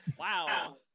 Wow